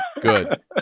good